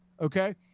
okay